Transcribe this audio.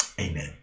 Amen